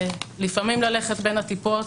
לפעמים זה ללכת בין הטיפות,